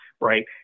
right